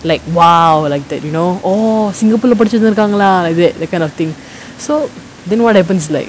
like !wow! like that you know oh singapore lah படிச்சிட்டு இருக்காங்களா:padichittu irukaangalaa they like that kind of thing so then what happens like